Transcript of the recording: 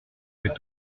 fait